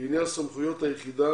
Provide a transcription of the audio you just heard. לעניין סמכויות היחידה,